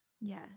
yes